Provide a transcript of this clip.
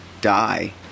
die